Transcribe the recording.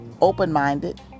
open-minded